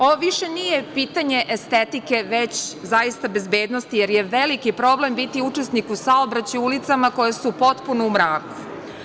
Ovo više nije pitanje estetike, već zaista bezbednosti, jer je veliki problem biti učesnik u saobraćaju u ulicama koje su potpuno u mraku.